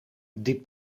die